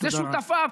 אלה שותפיו.